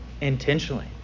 intentionally